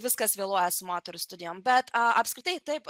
viskas vėluoja su moterų studijom bet apskritai taip